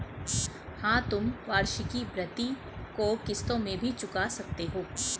हाँ, तुम वार्षिकी भृति को किश्तों में भी चुका सकते हो